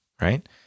right